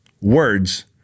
words